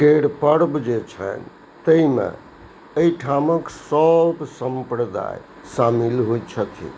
केर पर्ब जे छनि तय मे एहिठामक सभ सम्प्रदाय शामिल होइ छथिन